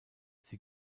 sie